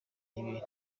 nk’ibi